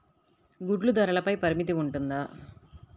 గుడ్లు ధరల పై పరిమితి ఉంటుందా?